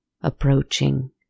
approaching